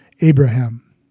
Abraham